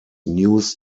news